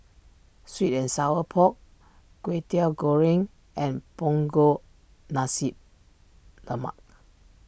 Sweet and Sour Pork Kway Teow Goreng and Punggol Nasi Lemak